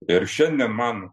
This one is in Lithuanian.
ir šiandien man